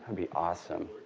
be awesome.